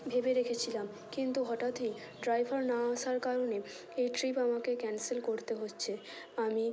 ভেবে রেখেছিলাম কিন্তু হঠাৎই ড্রাইভার না আসার কারণে এই ট্রিপ আমাকে ক্যানসেল করতে হচ্ছে আমি